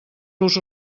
los